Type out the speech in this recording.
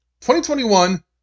2021